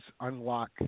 unlock